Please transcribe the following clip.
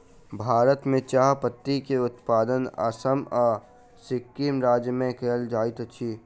भारत में चाह पत्ती के उत्पादन असम आ सिक्किम राज्य में कयल जाइत अछि